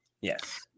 Yes